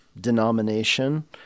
denomination